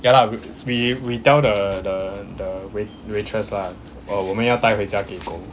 ya lah we we we tell the the the wait~ waitress lah uh 我们要带回家给狗